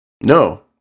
No